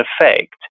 effect